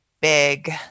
big